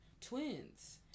Twins